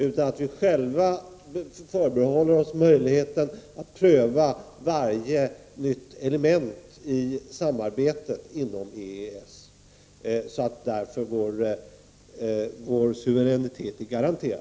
Vi bör i stället själva förbehålla oss möjligheten att pröva varje nytt element i samarbetet inom EES så att vår suveränitet på det sättet är garanterad.